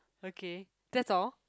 okay that's all